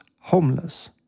homeless